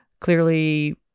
clearly